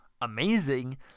amazing